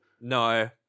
No